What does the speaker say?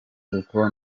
uko